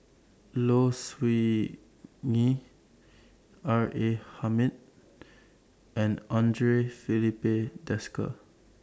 Low Siew Nghee R A Hamid and Andre Filipe Desker